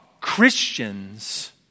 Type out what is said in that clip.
Christians